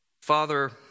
Father